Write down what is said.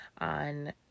on